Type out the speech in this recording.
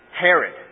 Herod